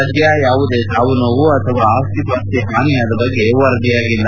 ಸದ್ಯ ಯಾವುದೇ ಸಾವುನೋವು ಅಥವಾ ಆಸ್ತಿಪಾಸ್ತಿ ಹಾನಿಯಾದ ಬಗ್ಗೆ ವರದಿಯಾಗಿಲ್ಲ